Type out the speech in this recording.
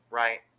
right